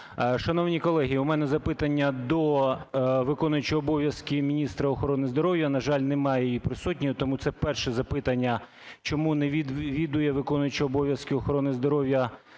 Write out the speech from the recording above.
Шановні колеги, у мене запитання до виконуючого обов'язки міністра охорони здоров'я, на жаль, немає її присутньою. Тому це перше запитання: чому не відвідує виконуючий обов'язки охорони здоров'я